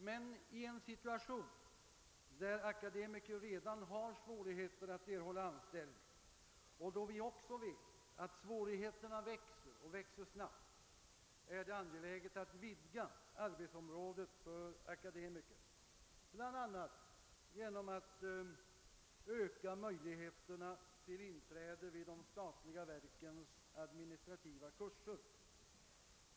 Men i en situation där akademiker redan har svårigheter att erhålla anställning och då svårigheterna som vi alla vet snabbt växer är det angeläget att vidga arbetsområdet för akademiker, bl.a. genom att öka möjligheterna till inträde vid de statliga verkens administrativa kurser.